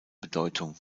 bedeutung